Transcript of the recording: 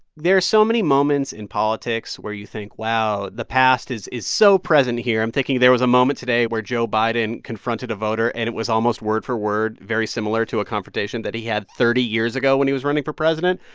there's so many moments in politics where you think, wow, the past is is so present here. i'm thinking there was a moment today where joe biden confronted a voter, and it was almost word for word very similar to a confrontation that he had thirty years ago when he was running for president,